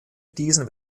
diesen